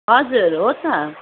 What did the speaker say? हजुर हो त